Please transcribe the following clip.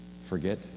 forget